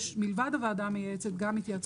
מלבד הוועדה המייעצת יש גם התייעצות.